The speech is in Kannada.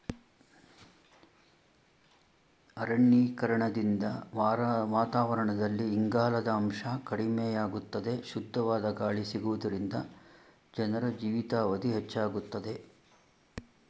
ಅರಣ್ಯೀಕರಣದಿಂದ ವಾತಾವರಣದಲ್ಲಿ ಇಂಗಾಲದ ಅಂಶ ಕಡಿಮೆಯಾಗುತ್ತದೆ, ಶುದ್ಧವಾದ ಗಾಳಿ ಸಿಗುವುದರಿಂದ ಜನರ ಜೀವಿತಾವಧಿ ಹೆಚ್ಚಾಗುತ್ತದೆ